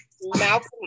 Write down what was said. Malcolm